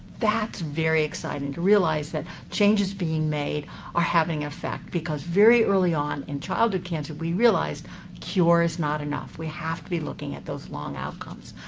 that's very exciting to realize that changes being made are having an effect because very early on in childhood cancer, we realized cure is not enough. we have to be looking at those long outcomes.